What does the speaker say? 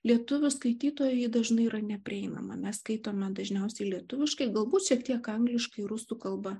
lietuvių skaitytojui dažnai yra neprieinama mes skaitome dažniausiai lietuviškai galbūt šiek tiek angliškai rusų kalba